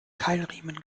keilriemen